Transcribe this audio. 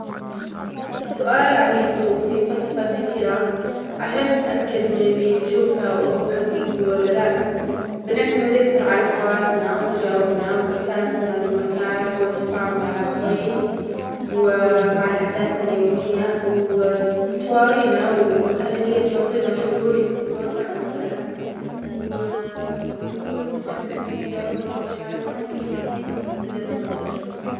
السؤال عميق وفيه فلسفة كثيرة، عشان من اللى نشوفه وهو حجيجى ولا لا بنعتمد أكثر على حواسنا وتجاربنا وإحساسنا بالمكان والتفاعل مع الآخرين ومع الأحداث اليومية وبتوارينا وهل هي تعطينا شعور بالواقع ولا لا؟ وبتكون ثقتنا في تجاربنا ومشاعرنا هى اللى بتطلعنا بالطريق الصحيح.